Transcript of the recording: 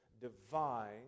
divine